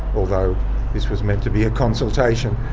although this was meant to be a consultation,